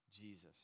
Jesus